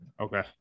Okay